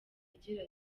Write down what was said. agira